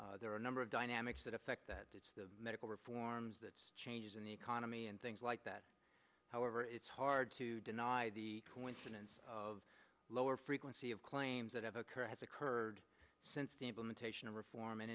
that there are a number of dynamics that affect the medical reforms that changes in the economy and things like that however it's hard to deny the coincidence of lower frequency of claims that have occurred has occurred since the implementation of reform in